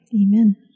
amen